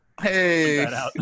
Hey